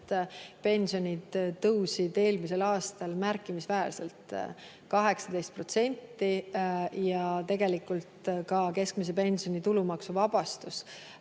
pensionid tõusid eelmisel aastal märkimisväärselt, 18%, ja tegelikult ka keskmise pensioni tulumaksuvabastus